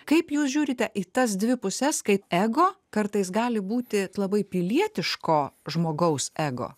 kaip jūs žiūrite į tas dvi puses kai ego kartais gali būti labai pilietiško žmogaus ego